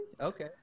Okay